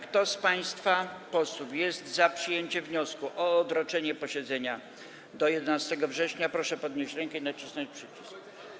Kto z państwa posłów jest za przyjęciem wniosku o odroczenie posiedzenia do 11 września, proszę podnieść rękę i nacisnąć przycisk.